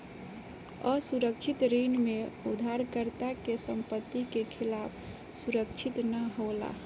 असुरक्षित ऋण में उधारकर्ता के संपत्ति के खिलाफ सुरक्षित ना होला